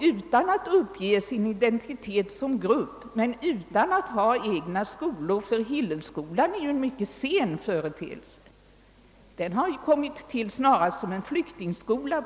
utan att uppge sin identitet som grupp men också utan att ha egna skolor. Hillelskolan är ju en mycket sen företeelse. Den har kommit till under senare år, snarast som en flyktingskola.